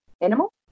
animal